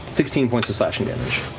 sixteen points of slashing damage.